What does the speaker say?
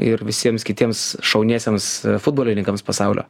ir visiems kitiems šauniesiems futbolininkams pasaulio